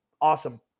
Awesome